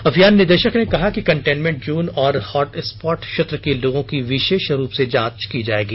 अभियान निदेशक ने कहा है कि कंटेनमेंट जोन और हॉट स्पॉट क्षेत्र के लोगों की विशेष रूप से जांच की जाएगी